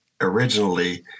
originally